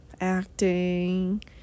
acting